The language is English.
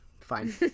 fine